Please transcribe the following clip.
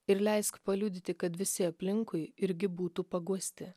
ir leisk paliudyti kad visi aplinkui irgi būtų paguosti